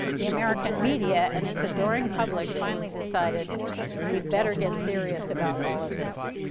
the american media and its adoring public finally decided we'd better get serious about all of this.